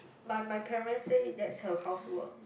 my my parents say that's her housework